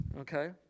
okay